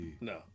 No